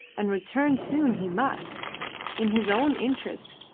and return soon he must in his own interest,